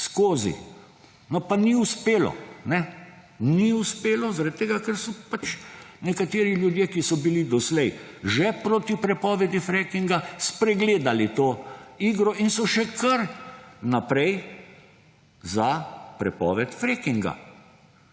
skozi. No, pa ni uspelo. Ni uspelo zaradi tega, ker so pač nekateri ljudje, ki so bili doslej že proti prepovedi frackinga spregledali to igro in so še kar naprej za prepoved frackinga.